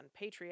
Patreon